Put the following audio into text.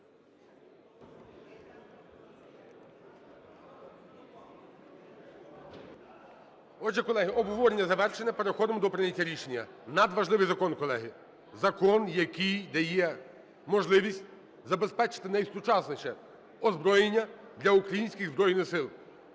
Отже, колеги, обговорення завершене, переходимо до прийняття рішення. Надважливий закон, колеги. Закон, який дає можливість забезпечити найсучасніше озброєння для українських Збройних Сил.